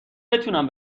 بتونم